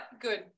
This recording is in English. good